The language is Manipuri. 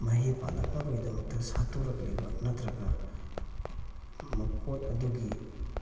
ꯃꯍꯩ ꯄꯥꯂꯛꯅꯕꯒꯤꯗꯃꯛꯇ ꯁꯥꯠꯇꯣꯔꯛꯂꯤꯕ ꯅꯠꯇ꯭ꯔꯒ ꯃꯄꯣꯠ ꯑꯗꯨꯒꯤ